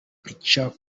icyakorwa